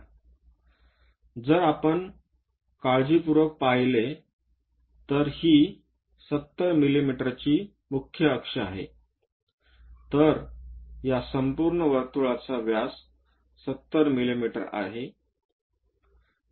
याउप्पर जर आपण काळजीपूर्वक पाहिले तर ही 70 मिमीची मुख्य अक्ष आहे तर या संपूर्ण वर्तुळाचा व्यास 70 मिमी आहे